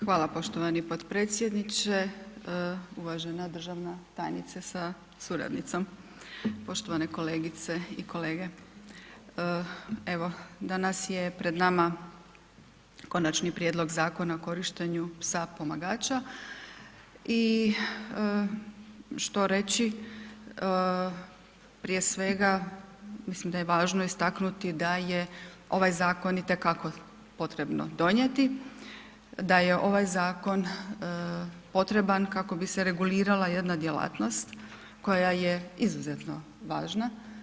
Hvala poštovani potpredsjedniče, uvažena državna tajnice sa suradnicom, poštovane kolegice i kolege, evo danas je pred nama Konačni prijedlog Zakona o korištenju psa pomagača i što reći prije svega mislim da je važno istaknuti da je ovaj zakon i te kako potrebno donijeti, da je ovaj zakon potreban kako bi se regulirala jedna djelatnost koja je izuzetno važna.